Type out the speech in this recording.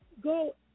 go